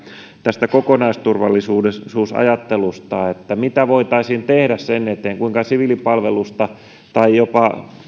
tästä kokonaisturvallisuusajattelusta mitä voitaisiin tehdä sen eteen ja kuinka siviilipalvelusta tai jopa